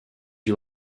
you